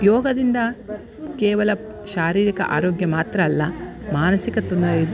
ಯೋಗದಿಂದ ಕೇವಲ ಶಾರೀರಿಕ ಆರೋಗ್ಯ ಮಾತ್ರ ಅಲ್ಲ ಮಾನಸಿಕ ತೊಂದರೆ